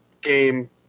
game